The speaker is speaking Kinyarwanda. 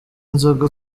inzoga